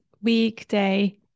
weekday